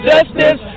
Justice